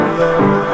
love